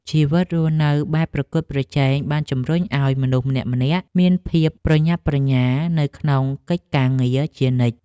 ជីវិតរស់នៅបែបប្រកួតប្រជែងបានជម្រុញឱ្យមនុស្សម្នាក់ៗមានភាពប្រញាប់ប្រញាល់នៅក្នុងកិច្ចការងារជានិច្ច។